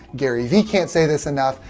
gary vee can't say this enough,